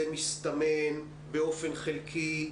זה מסתמן באופן חלקי,